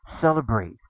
celebrate